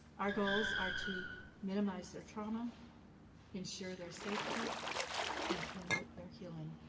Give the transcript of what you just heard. our goals are to minimize their trauma ensure their safety and promote their healing